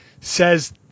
says